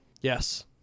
Yes